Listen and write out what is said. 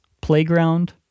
playground